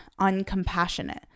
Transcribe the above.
uncompassionate